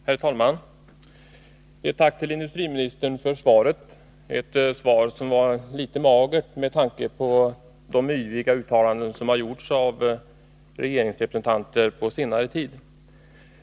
Herr talman! Jag tackar industriministern för svaret. Svaret är litet magert med tanke på de yviga uttalanden som gjorts av regeringsrepresentanter på senare tid.